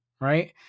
right